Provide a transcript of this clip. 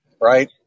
right